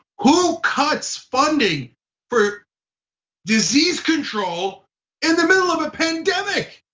who cuts funding for disease control in the middle of a pandemic?